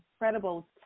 incredible